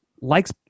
likes